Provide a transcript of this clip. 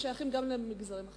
ששייכים גם למגזרים אחרים.